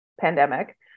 pandemic